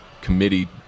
committee